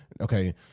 Okay